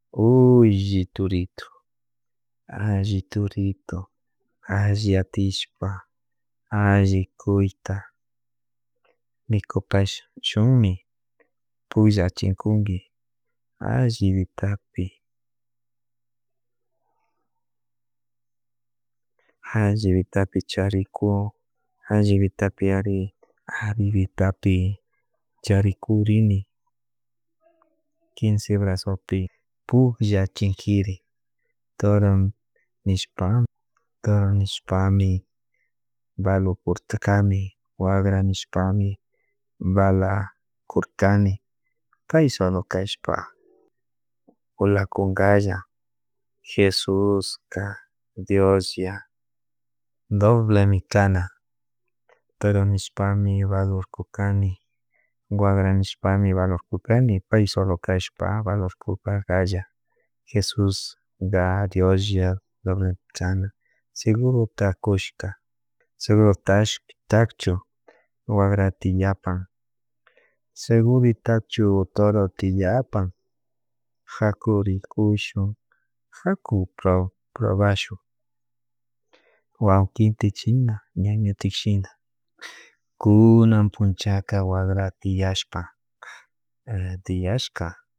Ulli turito alli turitu alli atillpa alli cuyta mikupashunmi pullachikunmi alli pitapi allibitapi cahrikun allibitapiyari ari pitapi charikurini quince brazopi pukllachinkiri toro nishpa nishpami valo purtakami wakranishpami valakurkani kay solo kashpa vulakunkalla Jesuska Dioslla doblemi kana toro nishpami valorkurkani wakranishpami valorkurkani pay solo kashpa valorkukalla Jesusga Dioslla chay segurota kushka segurutashpish segurotakchu wakra tiapan seguritakchu toro tiyapan jaku rikushun jaku pro probashon guaykintin shina ñañotin shina kunan punchaka wakra tiashpa wakra tiashka.